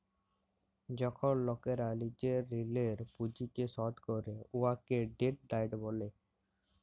যখল লকেরা লিজের ঋলের পুঁজিকে শধ ক্যরে উয়াকে ডেট ডায়েট ব্যলে